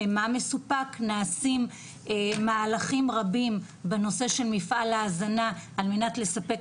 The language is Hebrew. נעשים מהלכים רבים בנושא של מפעל ההזנה על-מנת לספק